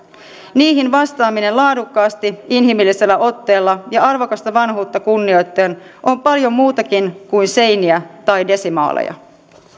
niihin vastaaminen laadukkaasti inhimillisellä otteella ja arvokasta vanhuutta kunnioittaen on paljon muutakin kuin seiniä tai desimaaleja